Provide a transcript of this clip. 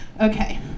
Okay